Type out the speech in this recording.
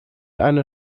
eine